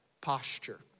posture